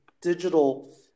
digital